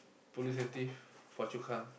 Police-and-Thief Phua-Chu-Kang